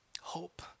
Hope